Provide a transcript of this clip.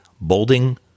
bolding